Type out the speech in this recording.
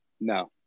No